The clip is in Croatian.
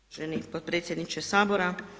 Uvaženi potpredsjedniče Sabora.